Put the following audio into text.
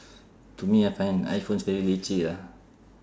to me I find iphones very leceh ah